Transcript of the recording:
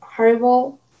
Horrible